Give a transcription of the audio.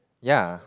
ya